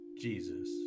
Jesus